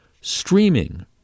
streaming